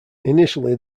initially